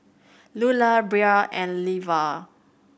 Lulah Bria and Leva